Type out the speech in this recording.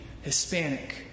Hispanic